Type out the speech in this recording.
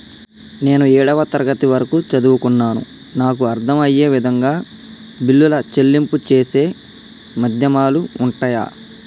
నేను ఏడవ తరగతి వరకు చదువుకున్నాను నాకు అర్దం అయ్యే విధంగా బిల్లుల చెల్లింపు చేసే మాధ్యమాలు ఉంటయా?